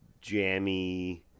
jammy